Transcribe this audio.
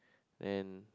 then